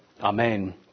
Amen